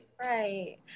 right